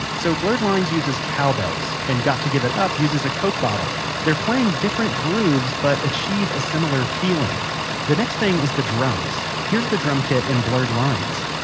so blurred lines uses cowbells, and got to give it up uses a coke bottle. they're playing different grooves but achieve a similar feeling the next thing is the drums. here's the drum kit in blurred lines